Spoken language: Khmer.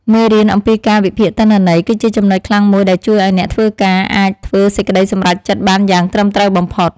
មេរៀនអំពីការវិភាគទិន្នន័យ គឺជាចំណុចខ្លាំងមួយដែលជួយឱ្យអ្នកធ្វើការអាចធ្វើសេចក្តីសម្រេចចិត្តបានយ៉ាងត្រឹមត្រូវបំផុត។